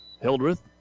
Hildreth